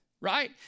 right